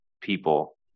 people